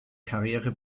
karriere